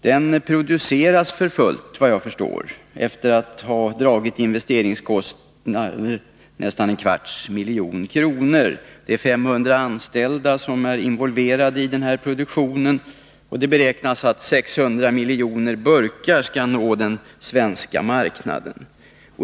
Den produceras för fullt, enligt vad jag förstår, efter investeringskostnader på nästan en kvarts miljon kronor. 500 anställda är involverade i denna produktion, och det beräknas att 600 miljoner burkar skall nå den svenska marknaden.